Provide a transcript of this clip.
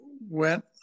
went